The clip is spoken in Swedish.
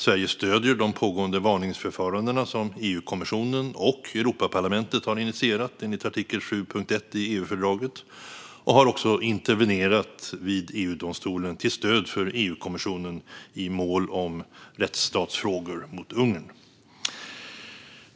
Sverige stöder de pågående varningsförfaranden som EU-kommissionen och Europaparlamentet initierat enligt artikel 7.1 i EU-fördraget och har även intervenerat vid EU-domstolen till stöd för EU-kommissionen i mål om rättstatsfrågor mot Ungern.